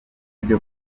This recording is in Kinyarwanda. kujya